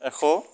এশ